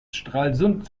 stralsund